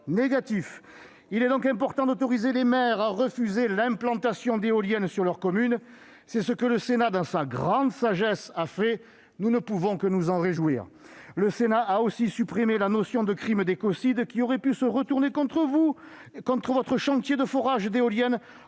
négatif. Il est donc important d'autoriser les maires à refuser l'implantation d'éoliennes sur leur commune. C'est ce qu'a fait le Sénat, dans sa grande sagesse- nous ne pouvons que nous en réjouir. Notre assemblée a aussi supprimé la notion de crime d'écocide, laquelle aurait pu se retourner contre votre chantier de forage d'éoliennes